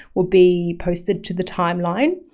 will be posted to the timeline.